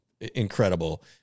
incredible